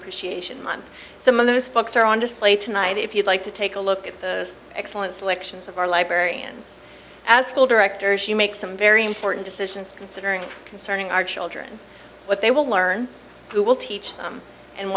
appreciation month some of those books are on display tonight if you'd like to take a look at the excellent selections of our librarians as school director she makes some very important decisions considering concerning our children what they will learn who will teach them and